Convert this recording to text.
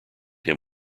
him